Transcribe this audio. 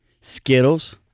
Skittles